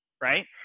right